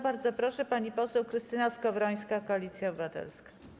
Bardzo proszę, pani poseł Krystyna Skowrońska, Koalicja Obywatelska.